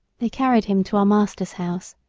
they carried him to our master's house.